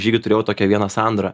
žygy turėjau tokią vieną sandrą